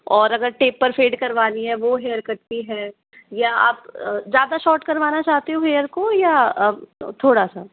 और अगर taper fade अगर करवानी हो तो वो हेयर कट भी है या आप ज़्यादा शॉर्ट करवाना चाहते हो हेयर को या थोड़ा सा